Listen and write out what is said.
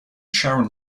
sharon